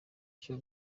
cyo